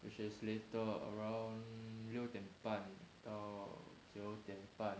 which is later around 六点半到九点半